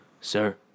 Sir